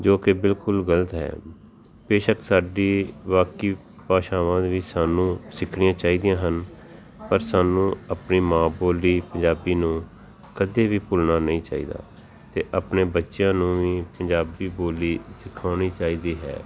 ਜੋ ਕਿ ਬਿਲਕੁਲ ਗਲਤ ਹੈ ਬੇਸ਼ੱਕ ਸਾਡੀ ਬਾਕੀ ਭਾਸ਼ਾਵਾਂ ਵੀ ਸਾਨੂੰ ਸਿੱਖਣੀਆਂ ਚਾਹੀਦੀਆਂ ਹਨ ਪਰ ਸਾਨੂੰ ਆਪਣੀ ਮਾਂ ਬੋਲੀ ਪੰਜਾਬੀ ਨੂੰ ਕਦੇ ਵੀ ਭੁੱਲਣਾ ਨਹੀਂ ਚਾਹੀਦਾ ਅਤੇ ਆਪਣੇ ਬੱਚਿਆਂ ਨੂੰ ਵੀ ਪੰਜਾਬੀ ਬੋਲੀ ਸਿਖਾਉਣੀ ਚਾਹੀਦੀ ਹੈ